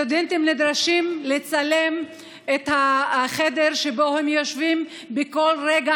סטודנטים נדרשים לצלם את החדר שבו הם יושבים בכל רגע